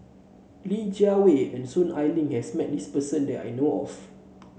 Li Jiawei and Soon Ai Ling has met this person that I know of